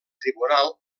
tribunal